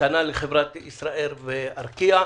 וכנ"ל לחברת ישראייר וארקיע.